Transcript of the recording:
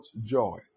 joy